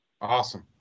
Awesome